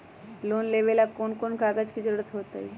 Loan लेवेला कौन कौन कागज के जरूरत होतई?